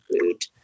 food